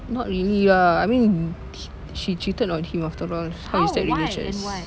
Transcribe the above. not really ah I mean she cheated on him after all how is that religious